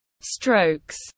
strokes